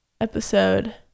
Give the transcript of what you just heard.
episode